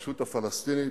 הרשות הפלסטינית,